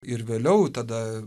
ir vėliau tada